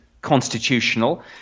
constitutional